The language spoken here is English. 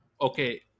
okay –